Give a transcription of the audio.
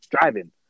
driving